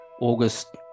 August